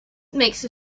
makes